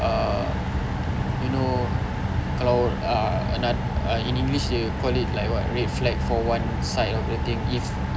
err you know kalau uh in english dia called it like what red flag for one side of the team if